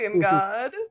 God